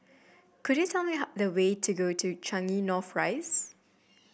could you tell me how the way to go to Changi North Rise